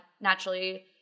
naturally